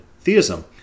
theism